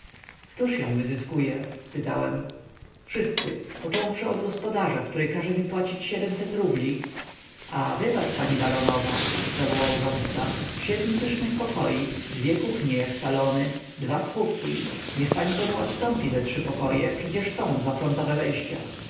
któż ją wyzyskuje spytałem wszyscy począwszy od gospodarza który każe mi płacić rubli a wybacz pani baronowa zawołał rządca siedm pysznych pokoi dwie kuchnie jak salony dwie schówki niech pani komu odstąpi ze trzy pokoje przecież są dwa frontowe wejścia